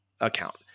account